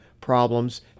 problems